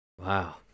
Wow